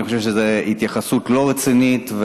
אני חושב שזו התייחסות לא רצינית,